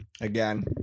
Again